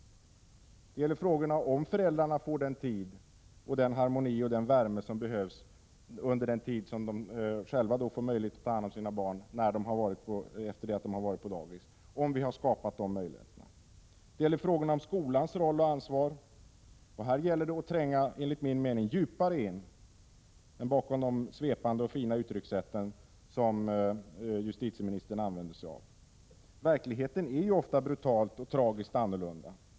Det gäller frågorna om föräldrarna får den tid, den harmoni och den värme som behövs under den tid som de själva får möjlighet att ta hand om sina barn, efter det att de har varit på dagis. Har vi skapat de möjligheterna? Det gäller frågorna om skolans roll och ansvar. Här gäller det enligt min mening att tränga djupare in än man gör med de svepande och fina uttrycksätt som justitieministern använder sig av. Verkligheten är ofta brutalt och tragiskt annorlunda.